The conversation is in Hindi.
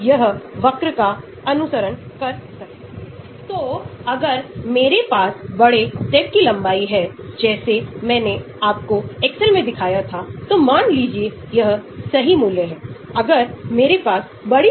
तो सिग्मा आप का एक अनुपात है जिसको आप खोज सकते हैं सब्सीट्यूट वर्सेस अनसब्सीट्यूट के रूप में और dissociation constant दिया जाता है PhCOO PhCOOH COO द्वारा जिसका अर्थ है Anion रूप COOH अम्ल रूप है